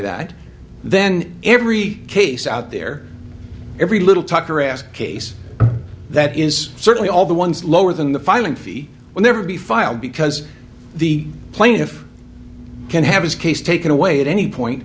that then every case out there every little talk or ask case that is certainly all the ones lower than the filing fee will never be filed because the plaintiff can have his case taken away at any point